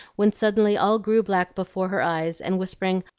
when suddenly all grew black before her eyes, and whispering,